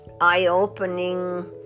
eye-opening